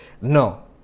No